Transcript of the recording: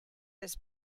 this